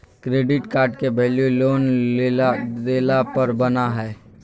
credit card के value loan लेला देला पर बना हइ